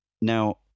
Now